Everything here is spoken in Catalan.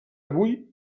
avui